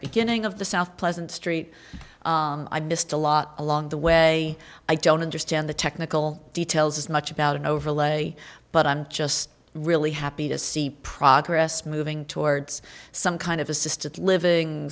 beginning of the south pleasant street i missed a lot along the way i don't understand the technical details as much about an overlay but i'm just really happy to see progress moving towards some kind of assisted living